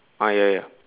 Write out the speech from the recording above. ah ya ya